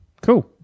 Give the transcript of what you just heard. cool